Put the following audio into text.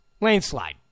landslide